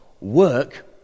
work